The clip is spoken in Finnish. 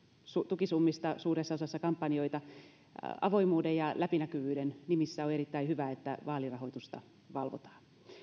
tukisummista suuressa osassa kampanjoita avoimuuden ja läpinäkyvyyden nimissä on erittäin hyvä että vaalirahoitusta valvotaan